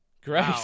Great